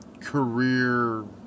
career